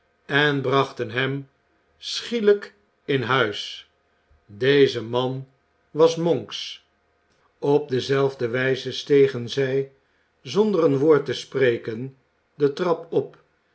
en brachten hem schielijk in huis deze man was monks op dezelfde wijze stegen zij zonder een woord te spreken de trap op